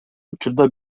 учурда